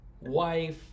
wife